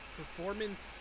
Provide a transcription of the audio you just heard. performance